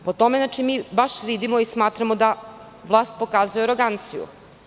Po tome baš vidimo i smatramo da vlast pokazuje aroganciju.